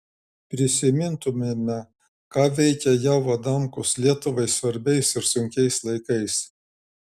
prisimintumėme ką veikė jav adamkus lietuvai svarbiais ir sunkiais laikais